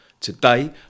Today